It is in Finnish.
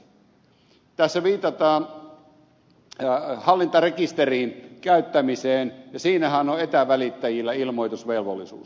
tässä viitataan hallintarekisterin käyttämiseen ja siinähän on etävälittäjillä ilmoitusvelvollisuus